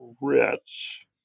rich